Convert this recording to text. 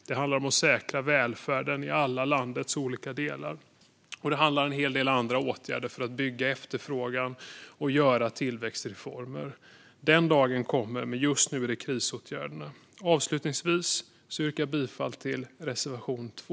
Det handlar om att säkra välfärden i alla landets olika delar. Och det handlar om en hel del andra åtgärder för att bygga upp efterfrågan och göra tillväxtreformer. Den dagen kommer, men just nu är det krisåtgärderna som behöver vidtas. Avslutningsvis vill jag yrka bifall till reservation 2.